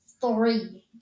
three